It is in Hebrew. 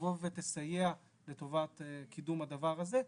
שתבוא ותסייע לטובת קידום הדבר הזה.